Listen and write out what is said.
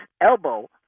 elbow